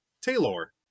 Taylor